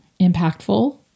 impactful